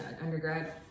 undergrad